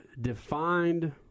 defined